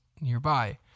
nearby